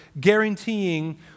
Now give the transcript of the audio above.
guaranteeing